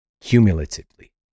cumulatively